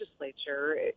legislature